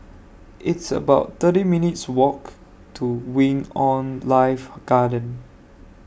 It's about thirty minutes' Walk to Wing on Life Garden